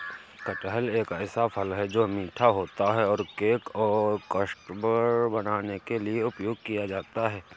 कटहल एक ऐसा फल है, जो मीठा होता है और केक और कस्टर्ड बनाने के लिए उपयोग किया जाता है